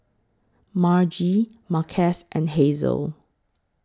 Margie Marques and Hazelle